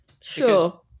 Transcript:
Sure